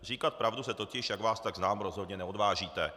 Říkat pravdu se totiž, jak vás tak znám, rozhodně neodvážíte.